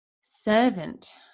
servant